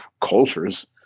cultures